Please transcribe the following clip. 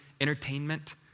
entertainment